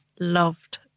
loved